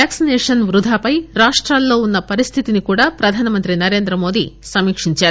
vaccination వృథాపై రాష్టాల్లో ఉన్న పరిస్దితిని కూడా ప్రధానమంత్రి నరేంద్రమోదీ సమీక్షించారు